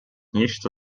нечто